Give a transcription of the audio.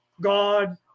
God